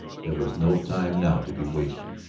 there was no time now to be wasted.